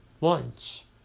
lunch